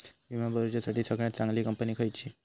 विमा भरुच्यासाठी सगळयात चागंली कंपनी खयची?